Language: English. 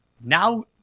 Now